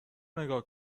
نگاه